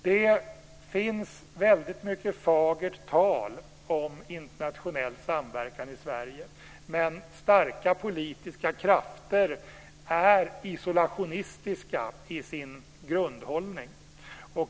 Det finns väldigt mycket fagert tal om internationell samverkan i Sverige, men starka politiska krafter är isolationistiska i sin grundhållning.